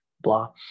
blah